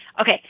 Okay